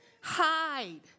hide